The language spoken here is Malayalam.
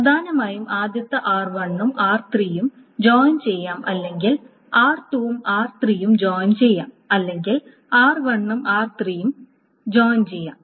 പ്രധാനമായും ആദ്യത്തെ r1 ഉം r3 ഉം ജോയിൻ ചെയ്യാം അല്ലെങ്കിൽ r2 ഉം r3 ഉം ജോയിൻ ചെയ്യാം അല്ലെങ്കിൽ r1 ഉം r3 ഉം ജോയിൻ ചെയ്യാം